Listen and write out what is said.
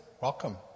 welcome